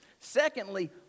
Secondly